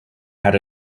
had